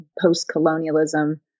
post-colonialism